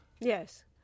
Yes